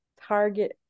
target